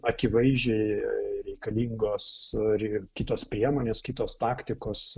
akivaizdžiai reikalingos ir kitos priemonės kitos taktikos